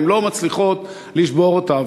והן לא מצליחות לשבור אותה,